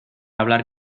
hablar